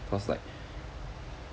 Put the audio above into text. cause like